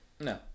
No